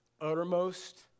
uttermost